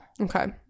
Okay